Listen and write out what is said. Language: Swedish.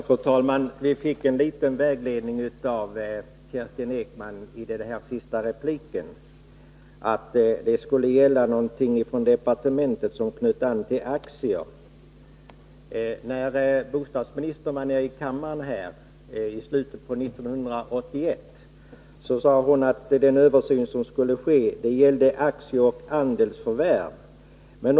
Fru talman! Vi fick viss vägledning av Kerstin Ekman i hennes senaste replik, nämligen att det skulle finnas material från departementet som knöt an till aktier. I slutet av 1981 sade bostadsministern i en debatt här i kammaren att den översyn som skulle ske gällde aktier och andelsförvärv.